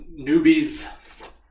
newbies